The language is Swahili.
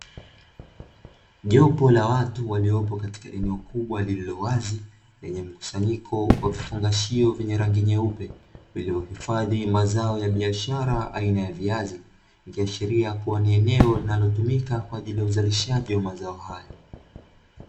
Jopo la watu waliopo katika eneo kubwa lililowazi lenye mkusanyiko wa vifungashio vyenye rangi nyeupe, vilivyohifadhi mazao ya biashara aina ya viazi, ikiashiria kuwa ni eneo linalotumika kwa ajili ya uzalishaji wa mazao hayo.